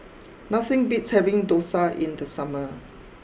nothing beats having Dosa in the summer